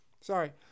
Sorry